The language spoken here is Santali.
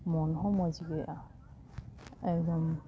ᱢᱚᱱ ᱦᱚᱸ ᱢᱚᱡᱽᱜᱮᱭᱟ ᱮᱠᱫᱚᱢ